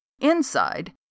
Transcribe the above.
Inside